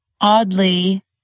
Oddly